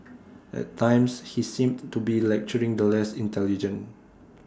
at times he seemed to be lecturing the less intelligent